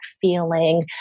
feeling